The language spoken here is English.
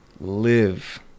live